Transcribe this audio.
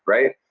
right?